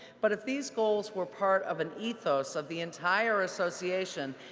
but if these goals were part of an ethos of the entire association,